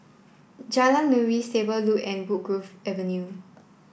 Jalan Nuri Stable Loop and Woodgrove Avenue